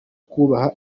kubaha